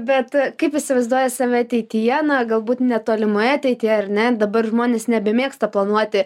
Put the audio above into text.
bet kaip įsivaizduoji save ateityje na galbūt netolimoje ateityje ar ne dabar žmonės nebemėgsta planuoti